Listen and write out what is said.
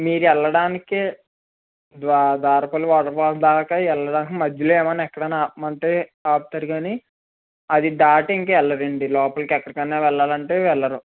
మీరు వెళ్ళడానికే ద్వా ధారపల్లి వాటర్ఫాల్స్ దాకా వెళ్ళడానికే మధ్యలో ఏమైనా ఎక్కడైనా ఆపమని అంటే ఆపుతారు కాని అది దాటి ఇంకా వెళ్ళదు అండి లోపలికి ఇంకెకడికైనా వెళ్ళాలి అంటే వెళ్ళరు